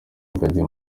ingagi